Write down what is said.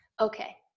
Okay